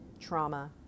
trauma